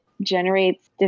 generates